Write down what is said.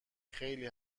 خیلی